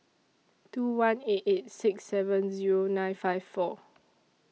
two one eight eight six seven Zero nine five four